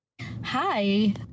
Hi